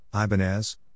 Ibanez